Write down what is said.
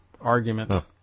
argument